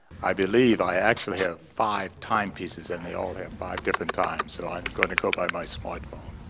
i believe i actually have five timepieces and they all have five different times. so i'm going to go by my smartphone.